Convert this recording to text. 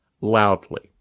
loudly